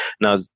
Now